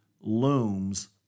looms